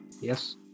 yes